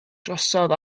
drosodd